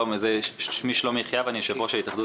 בבקשה.